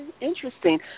interesting